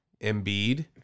Embiid